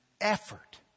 effort